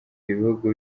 ibihugu